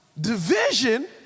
division